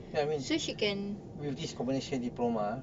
ya I mean with this combination diploma